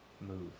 move